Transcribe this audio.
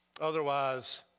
otherwise